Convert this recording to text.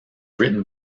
written